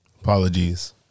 Apologies